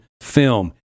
film